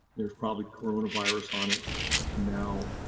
there's probably coronavirus on it now.